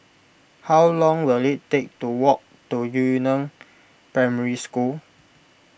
how long will it take to walk to Yu Neng Primary School